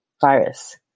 virus